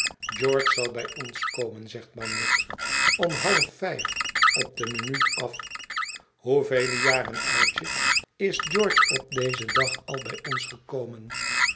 george zal bij ons komen zegt bagnet om half vijf op de minuut af hoevele jaren oudje is george op dezen dag al bij ons gekomen